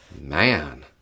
Man